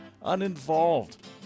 uninvolved